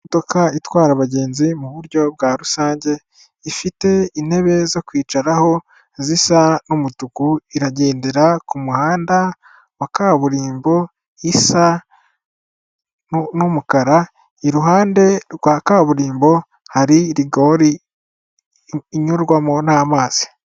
Imodoka itwara abagenzi mu buryo bwa rusange ifite intebe zo kwicaraho zisa n'umutuku, iragendera ku muhanda wa kaburimbo isa n'umukara, iruhande rwa kaburimbo hari rigori inyurwamo n'amazi.